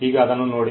ಈಗ ಅದನ್ನು ನೋಡಿ